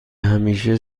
همیشه